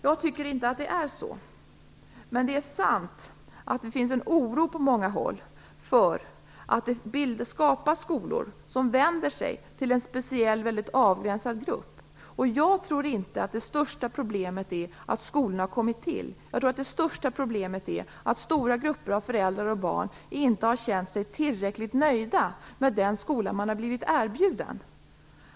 Jag tycker inte att det är så, men det är sant att det finns en oro på många håll för att det skapas skolor som vänder sig till en speciell väldigt avgränsad grupp. Jag tror inte att det största problemet är att skolorna har kommit till. Jag tror att det största problemet är att stora grupper av föräldrar och barn inte har känt sig tillräckligt nöjda med den skola man har blivit erbjuden.